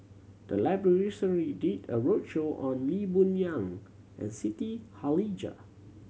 the library recently did a roadshow on Lee Boon Yang and Siti Khalijah